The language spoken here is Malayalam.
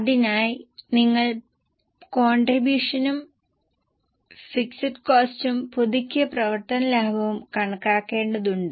അതിനായി നിങ്ങൾ കോണ്ട്രിബൂഷനും എഫ്സിയും പുതുക്കിയ പ്രവർത്തന ലാഭവും കണക്കാക്കേണ്ടതുണ്ട്